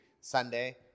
Sunday